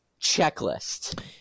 checklist